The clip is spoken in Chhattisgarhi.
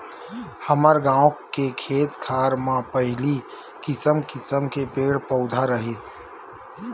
हमर गाँव के खेत खार म पहिली किसम किसम के पेड़ पउधा राहय